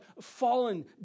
fallen